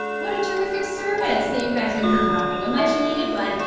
what a terrific service that you guys are providing, a much needed one.